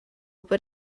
but